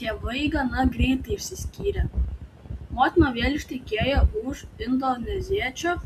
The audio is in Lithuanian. tėvai gana greitai išsiskyrė motina vėl ištekėjo už indoneziečio